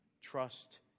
trust